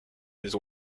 his